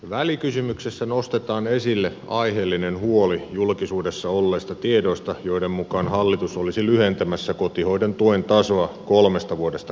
välikysymyksessä nostetaan esille aiheellinen huoli julkisuudessa olleista tiedoista joiden mukaan hallitus olisi lyhentämässä kotihoidon tuen tasoa kolmesta vuodesta kahteen